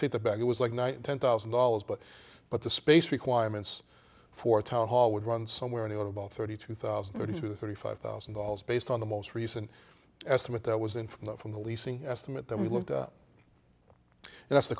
think the back it was like night ten thousand dollars but but the space requirements for a town hall would run somewhere anywhere about thirty two thousand thirty to thirty five thousand dollars based on the most recent estimate that was in from the from the leasing estimate that we looked at and it's the